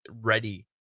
ready